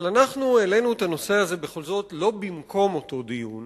אבל אנחנו העלינו את הנושא הזה בכל זאת לא במקום אותו דיון